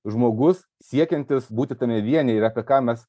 žmogus siekiantis būti tame vienyje ir apie ką mes